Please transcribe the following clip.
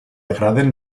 agraden